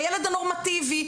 הילד הנורמטיבי,